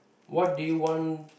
what do you want